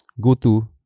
Go-to